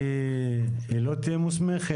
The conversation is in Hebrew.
היא לא תהיה מוסכמת?